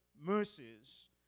mercies